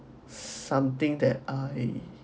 something that I